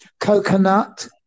coconut